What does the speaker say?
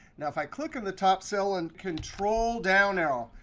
now, if i click on the top cell and control down arrow,